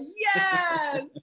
Yes